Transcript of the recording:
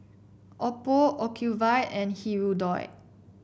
Oppo Ocuvite and Hirudoid